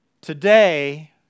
today